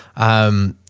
um,